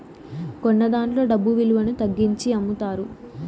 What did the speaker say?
కొన్నదాంట్లో డబ్బు విలువను తగ్గించి అమ్ముతారు